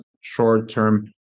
short-term